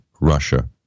Russia